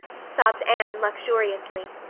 sobbed anne luxuriously.